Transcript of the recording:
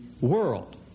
world